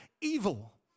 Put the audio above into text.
evil